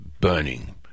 burning